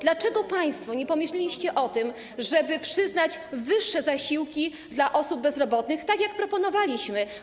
Dlaczego państwo nie pomyśleliście o tym, żeby przyznać wyższe zasiłki osobom bezrobotnym, tak jak proponowaliśmy?